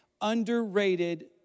underrated